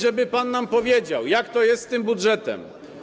żeby pan nam powiedział, jak to jest z tym budżetem.